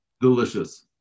Delicious